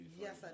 Yes